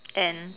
and